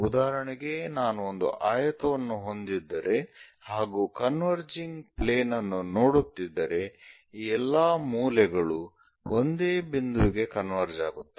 ಉದಾಹರಣೆಗೆ ನಾನು ಒಂದು ಆಯತವನ್ನು ಹೊಂದಿದ್ದರೆ ಹಾಗೂ ಕನ್ವರ್ಜಿಂಗ್ ಪ್ಲೇನ್ ಅನ್ನು ನೋಡುತ್ತಿದ್ದರೆ ಈ ಎಲ್ಲಾ ಮೂಲೆಗಳು ಒಂದೇ ಬಿಂದುವಿಗೆ ಕನ್ವರ್ಜ್ ಆಗುತ್ತವೆ